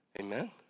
Amen